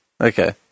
Okay